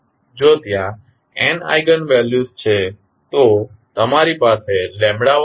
જો ત્યાં n eigen values છે તો તમારી પાસે 12